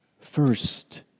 first